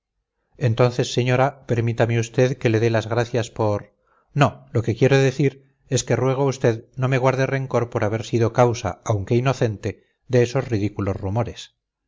entonces señora permítame usted que le dé las gracias por no lo que quiero decir es que ruego a usted no me guarde rencor por haber sido causa aunque inocente de esos ridículos rumores